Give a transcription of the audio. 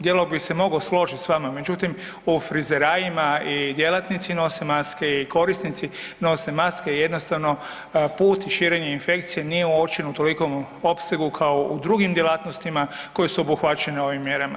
Djelom bi se mogao složiti s vama međutim u fizerajima i djelatnici nose maske i korisnici nose maske, jednostavno put i širenje infekcije nije uočen u tolikom opsegu kao u drugim djelatnostima koje su obuhvaćene ovim mjerama.